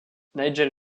nigel